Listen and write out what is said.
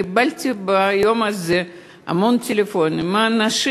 קיבלתי ביום הזה המון טלפונים מאנשים